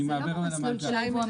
אני מדבר על המאגר.